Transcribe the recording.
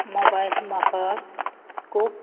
mobile म्हाका खूब